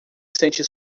sente